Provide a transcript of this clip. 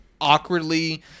awkwardly